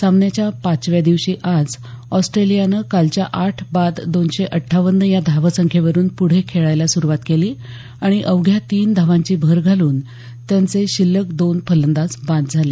सामन्याच्या पाचव्या दिवशी आज ऑस्ट्रेलियानं कालच्या आठ बाद दोनशे अट्ठावन्न या धावसंख्येवरून पुढे खेळायला सुरुवात केली आणि अवघ्या तीन धावांची भर घालून त्यांचे शिल्लक दोन फलंदाज बाद झाले